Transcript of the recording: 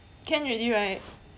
can already right